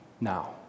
Now